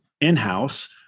in-house